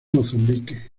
mozambique